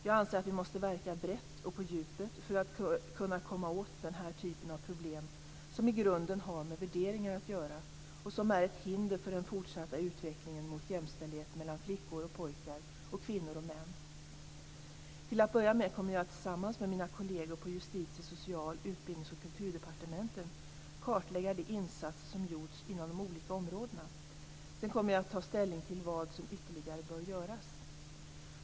Jag anser att vi måste verka brett och på djupet för att kunna komma åt den här typen av problem som i grunden har med värderingar att göra och som är ett hinder för den fortsatta utvecklingen mot jämställdhet mellan flickor och pojkar och kvinnor och män. Till att börja med kommer jag att tillsammans med mina kolleger på Justitie-, Social-, Utbildningsoch Kulturdepartementen kartlägga de insatser som gjorts inom de olika områdena. Sedan kommer jag att ta ställning till vad som ytterligare bör göras.